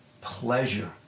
pleasure